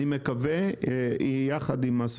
אני מקווה שזה ישתנה,